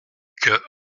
que